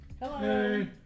Hello